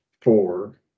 four